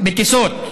על טיסות,